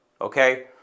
okay